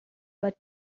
but